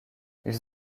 ils